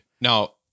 Now